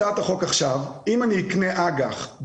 ממאה משקיעים,